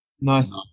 Nice